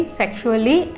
sexually